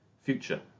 future